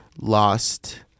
lost